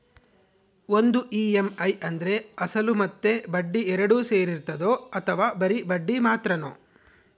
ಒಂದು ಇ.ಎಮ್.ಐ ಅಂದ್ರೆ ಅಸಲು ಮತ್ತೆ ಬಡ್ಡಿ ಎರಡು ಸೇರಿರ್ತದೋ ಅಥವಾ ಬರಿ ಬಡ್ಡಿ ಮಾತ್ರನೋ?